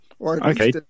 Okay